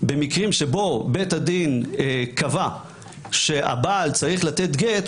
במקרים שבהם בית הדין קבע שהבעל צריך לתת גט,